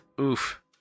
Oof